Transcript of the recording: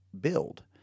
build